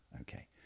Okay